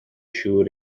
siŵr